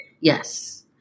Yes